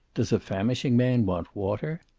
does a famishing man want water?